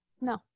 no